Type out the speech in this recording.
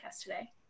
today